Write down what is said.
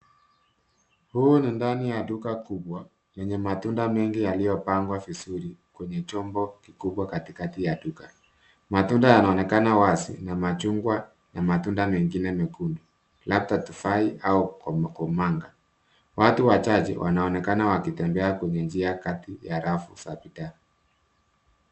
Huu ni ndani ya duka kubwa lenye matunda mengi yaliyopangwa vizuri kwenye chombo kikubwa katikati ya duka. Matunda yanaonekana wazi na machungwa na matunda mengine mekundu, labda tufahi au komanga. Watu wachache wanaonekana wakitembea kwenye njia kati ya rafu za bidhaa.